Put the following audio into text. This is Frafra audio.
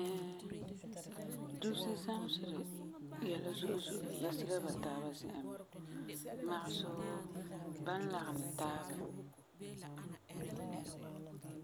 Ɛɛ, dusi zameseri yɛla zo'e zo'e mɛ yɛsera ba taaba zi'an mɛ. Magesɛ wuu, ba n lageni taaba,